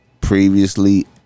previously